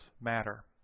matter